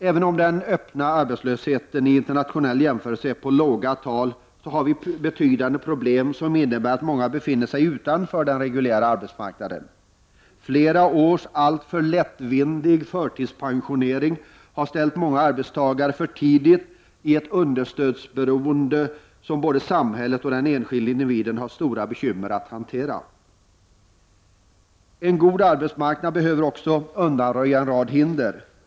Även om den öppna arbetslösheten i internationell jämförelse visar låga tal, har vi betydande problem som innebär att många befinner sig utanför den reguljära arbetsmarknaden. Flera års alltför lättvindig förtidspensionering har ställt många arbetstagare för tidigt i ett understödsberoende, som både samhället och den enskilde individen har stora bekymmer att hantera. En god arbetsmarknad behöver också undanröja en rad hinder.